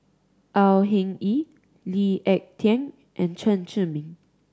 Au Hing Yee Lee Ek Tieng and Chen Zhiming